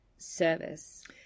service